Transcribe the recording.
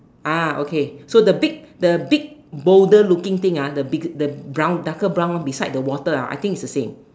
ah okay so the big the big boulder looking thing ah the big the brown darker brown one beside the water ah I think is the same